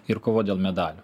ir kova dėl medalių